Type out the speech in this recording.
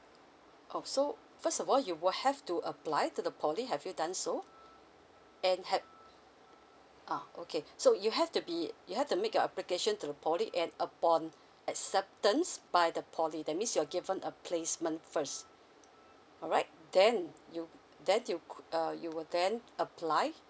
oh so first of all you will have to apply to the poly have you done so and have uh okay so you have to be you have to make your application to the poly and upon acceptance by the poly that means you're given a placement first alright then you then you could uh you will then apply